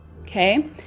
Okay